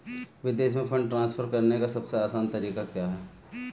विदेश में fund transfer करने का सबसे आसान तरीका क्या है?